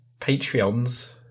Patreons